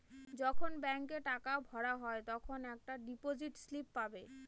যখন ব্যাঙ্কে টাকা ভরা হয় তখন একটা ডিপোজিট স্লিপ পাবে